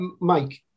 Mike